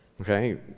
Okay